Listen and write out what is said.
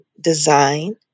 design